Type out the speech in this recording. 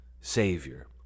Savior